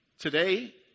Today